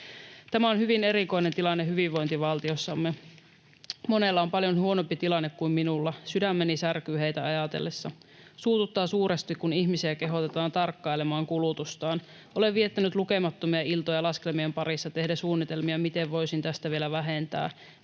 Tämä on hyvin erikoinen tilanne hyvinvointivaltiossamme. Monella on paljon huonompi tilanne kuin minulla. Sydämeni särkyy heitä ajatellessa. Suututtaa suuresti, kun ihmisiä kehotetaan tarkkailemaan kulutustaan. Olen viettänyt lukemattomia iltoja laskelmien parissa tehden suunnitelmia, miten voisin tästä vielä vähentää.